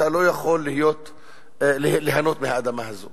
אתה לא יכול ליהנות מהאדמה הזאת